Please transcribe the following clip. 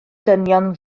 dynion